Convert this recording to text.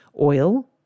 oil